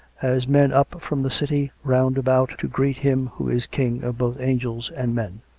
as men up from the city round about, to greet him who is king of both angels and men.